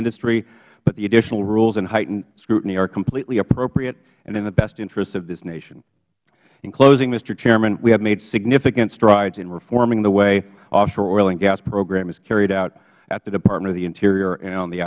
industry but the additional rules and heightened scrutiny are completely appropriate and in the best interests of this nation in closing mr hchairman we have made significant strides in reforming the way offshore oil and gas programs are carried out at the department of the interior and